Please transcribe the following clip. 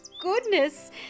goodness